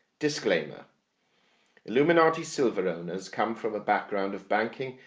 disclaimer illuminati silver owners come from a background of banking,